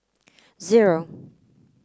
zero